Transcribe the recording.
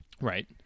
right